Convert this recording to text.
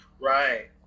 Right